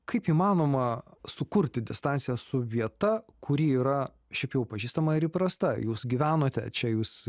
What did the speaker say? kaip įmanoma sukurti distanciją su vieta kuri yra šiaip jau pažįstamą ir įprasta jūs gyvenote čia jūs